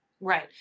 Right